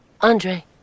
Andre